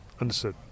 Understood